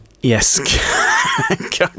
yes